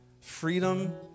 Freedom